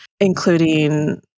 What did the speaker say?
including